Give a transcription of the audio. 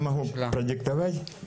מילאנו כמו שצריך את כל הטפסים שהיינו צריכים.